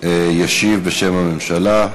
ישיב בשם הממשלה.